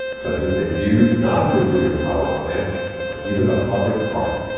such as a new non-nuclear power plant or even a public park.